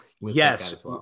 yes